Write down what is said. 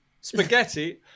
Spaghetti